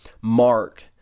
mark